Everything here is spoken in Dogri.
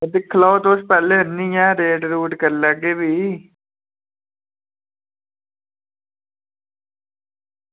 दिक्खी लैओ तुस पैह्ले आह्नियै रेट रूट करी लैगे फ्ही